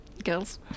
girls